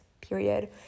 period